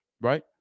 Right